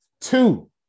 two